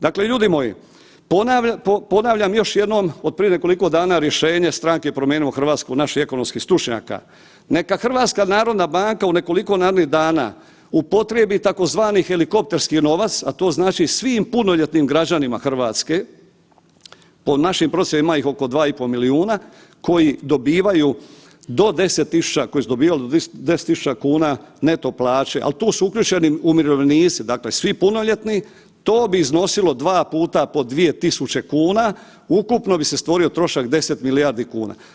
Dakle ljudi moji, ponavljam još jednom od prije nekoliko dana rješenje Stranke Promijenimo Hrvatsku, naših ekonomskih stručnjaka, neka HNB u nekoliko narednih dana upotrebi tzv. helikopterski novac, a to znači svim punoljetnim građanima RH, po našim procjenama ima ih oko 2,5 milijuna, koji dobivaju do 10.000,00, koji su dobivali do 10.000,00 kn neto plaće, al tu su uključeni umirovljenici, dakle svi punoljetni, to bi iznosilo 2 puta po 2.000,00 kn, ukupno bi se stvorio trošak 10 milijardi kuna.